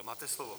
Máte slovo.